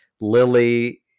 Lily